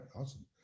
Awesome